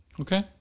Okay